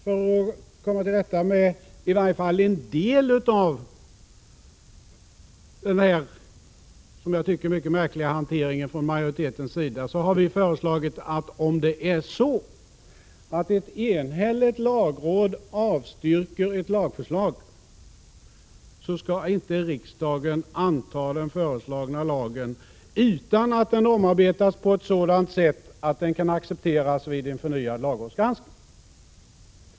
För att komma till rätta med i varje fall en del av den enligt min mening mycket märkliga hanteringen från majoritetens sida har vi föreslagit 1 att riksdagen i de fall ett enhälligt lagråd avstyrker ett lagförslag inte skall anta den föreslagna lagen förrän förslaget har omarbetats på ett sådant sätt att det kan accepteras vid en förnyad lagrådsgranskning.